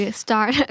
start